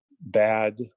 bad